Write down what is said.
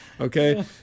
Okay